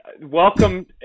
welcome